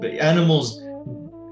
animals